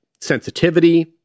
sensitivity